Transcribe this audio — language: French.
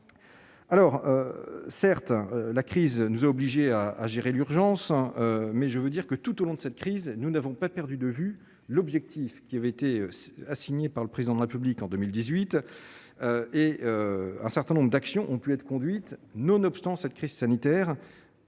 alors certes, la crise nous a obligés à à gérer l'urgence, mais je veux dire que tout au long de cette crise, nous n'avons pas perdu de vue l'objectif qui avait été assigné par le président de la République en 2018 et un certain nombre d'actions ont pu être conduite nonobstant cette crise sanitaire